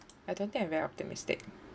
I don't think I'm very optimistic